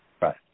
Right